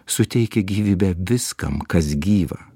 suteikia gyvybę viskam kas gyva